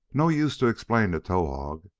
no use to explain to towahg.